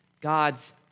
God's